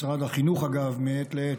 משרד החינוך, אגב, מעת לעת,